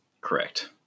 correct